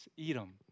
Edom